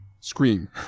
scream